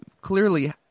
clearly